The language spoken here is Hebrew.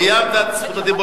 אתה סיימת את רשות הדיבור.